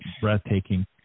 breathtaking